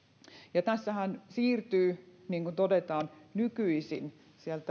ja tässähän siirtyvät niin kuin todetaan sieltä nykyisin